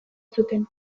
zuten